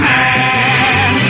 Man